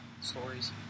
stories